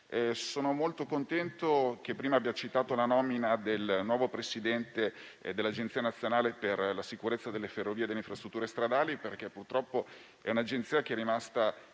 Sono molto contento che prima abbia citato la nomina del nuovo presidente dell'Agenzia nazionale per la sicurezza delle ferrovie e delle infrastrutture stradali, perché purtroppo è rimasta